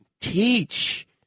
teach